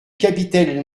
capitaine